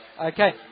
Okay